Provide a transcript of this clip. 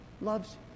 loves